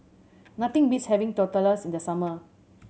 nothing beats having Tortillas in the summer